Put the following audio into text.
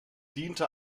diente